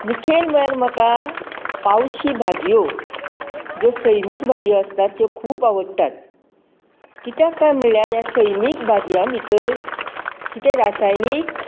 मुखेल म्हळ्यार म्हाकां पावशीं भाजियों जो सैमीक भाजयों आसता त्यो खूब आवडटात कित्याक काय म्हळ्यार ह्या सैमीक भाजीयां भितर कितें रासायनीक